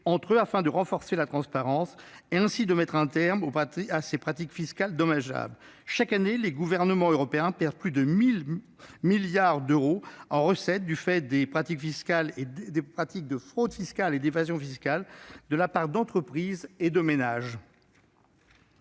afin de renforcer la transparence et ainsi de mettre un terme à ces pratiques fiscales dommageables. Chaque année, les gouvernements européens perdent plus de 1 000 milliards d'euros de recettes en raison des pratiques de fraude et d'évasion fiscales de la part d'entreprises et de